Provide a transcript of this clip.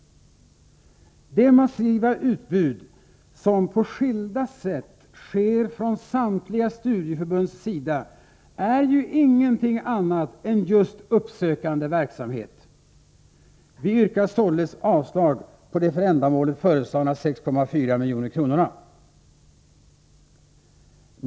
Det massiva utbud som på skilda sätt sprids av samtliga studieförbund är ju ingenting annat än just uppsökande verksamhet. Vi yrkar således avslag på de för ändamålet föreslagna 6,4 miljoner kronorna.